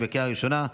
לקריאה ראשונה.